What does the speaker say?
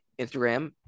Instagram